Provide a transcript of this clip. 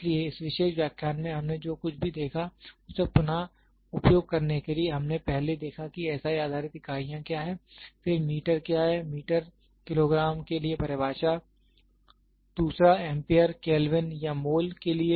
इसलिए इस विशेष व्याख्यान में हमने जो कुछ भी देखा है उसे पुन उपयोग करने के लिए हमने पहले देखा कि SI आधारित इकाइयाँ क्या हैं फिर मीटर क्या है मीटर किलोग्राम के लिए परिभाषा दूसरा एम्पीयर केल्विन या मोल के लिए